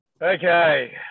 Okay